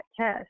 test